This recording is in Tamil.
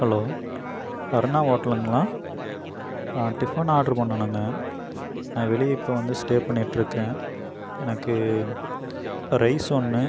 ஹலோ அருணா ஹோட்டலுங்களா டிஃபன் ஆட்ரு பண்ணணுங்க நான் வெளியே இப்போ வந்து ஸ்டே பண்ணிகிட்ருக்கேன் எனக்கு ரைஸ் ஒன்று